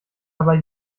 dabei